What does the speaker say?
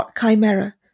chimera